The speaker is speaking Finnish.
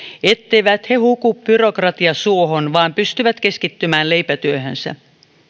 etteivät he huku byrokratiasuohon vaan pystyvät keskittymään leipätyöhönsä